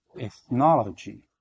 ethnology